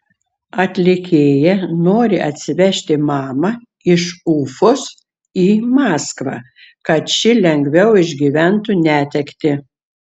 atlikėja nori atsivežti mamą iš ufos į maskvą kad ši lengviau išgyventų netektį